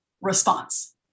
response